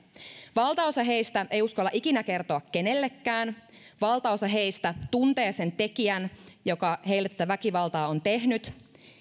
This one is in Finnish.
valtaosa heistä ei uskalla ikinä kertoa kenellekään valtaosa heistä tuntee sen tekijän joka heille tätä väkivaltaa on tehnyt